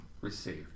received